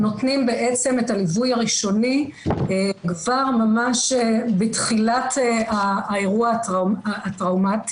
הם נותנים בעצם את הליווי הראשוני כבר ממש בתחילת האירוע הטראומטי,